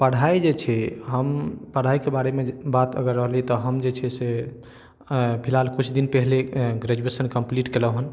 पढ़ाइ जे छै हम पढ़ाइके बारेमे बात अगर रहलै तऽ हम जे छै से फिलहाल किछु दिन पहिले ग्रेजुएशन कम्प्लीट कयलहुँ हेँ